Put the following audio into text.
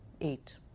eight